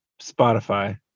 Spotify